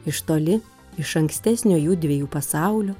iš toli iš ankstesnio jųdviejų pasaulio